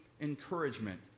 encouragement